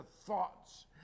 thoughts